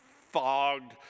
fogged